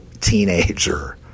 teenager